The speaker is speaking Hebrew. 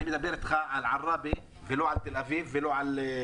אני מדבר איתך על עראבה, לא על תל-אביב או הרצליה.